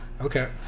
okay